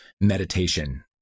meditation